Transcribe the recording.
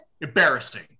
Embarrassing